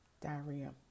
diarrhea